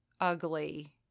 ugly